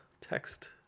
text